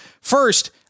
First